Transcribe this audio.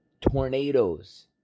tornadoes